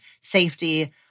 safety